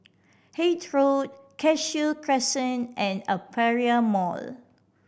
Hythe Road Cashew Crescent and Aperia Mall